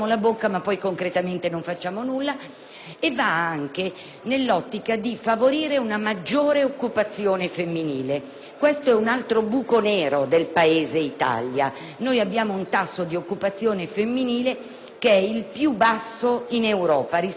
vanno anche nell'ottica di favorire una maggiore occupazione femminile, che rappresenta un altro buco nero del Paese Italia. Noi abbiamo il tasso di occupazione femminile più basso in Europa rispetto al confronto con gli altri Paesi europei.